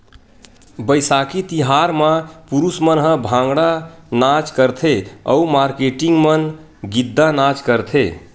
बइसाखी तिहार म पुरूस मन ह भांगड़ा नाच करथे अउ मारकेटिंग मन गिद्दा नाच करथे